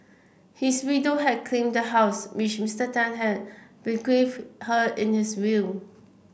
his widow had claimed the house which Mister Tan had bequeathed her in his will